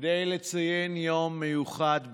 כדי לציין יום מיוחד במינו.